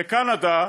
בקנדה,